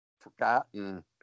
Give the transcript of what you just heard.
forgotten